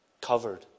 Covered